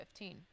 2015